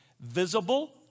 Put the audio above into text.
visible